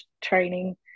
training